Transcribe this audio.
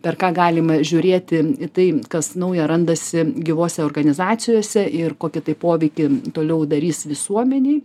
per ką galima žiūrėti į tai kas nauja randasi gyvose organizacijose ir kokį tai poveikį toliau darys visuomenei